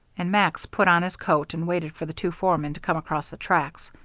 and max put on his coat and waited for the two foremen to come across the tracks.